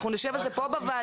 אנחנו נשב על זה פה בוועדה,